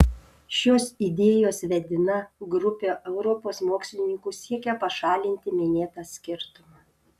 šios idėjos vedina grupė europos mokslininkų siekia pašalinti minėtą skirtumą